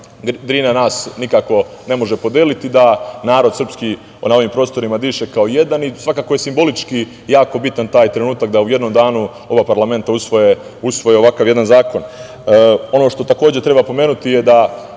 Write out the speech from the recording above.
Drina nas nikako ne može podeliti, da narod srpski na ovim prostorima diše kao jedan i svakako je simbolično jako bitan taj trenutak da u jednom danu oba parlamenta usvoje ovakav jedan zakon. Ono što treba pomenuti je da